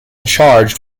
charged